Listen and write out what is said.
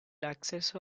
acceso